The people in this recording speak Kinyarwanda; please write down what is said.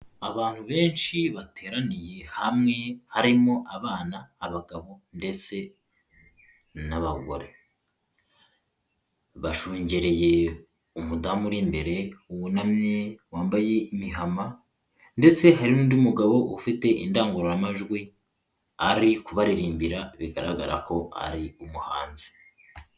Abantu benshi bateraniye hamwe harimo abana, abagabo ndetse n'abagore. Bashungereye umudamu uri imbere wunamye wambaye imihama ndetse hari n'undi mugabo ufite indangururamajwi ari kubaririmbira bigaragara ko ari umuhanzi.